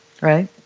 Right